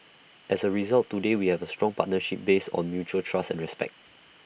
as A result today we have A strong partnership based on mutual trust and respect